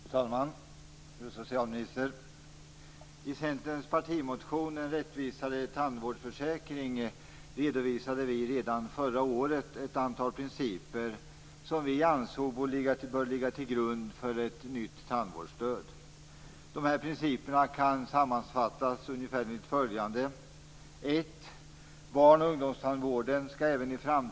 Fru talman! Fru socialminister! I Centerns partimotion En rättvisare tandvårdsförsäkring redovisade vi redan förra året ett antal principer som vi ansåg borde ligga till grund för ett nytt tandvårdsstöd. Dessa principer kan sammanfattas ungefär enligt följande: 2.